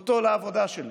אותו לעבודה שלי,